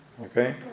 okay